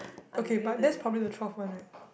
okay but that's probably the twelve one right